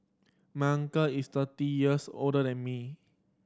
my uncle is thirty years older than me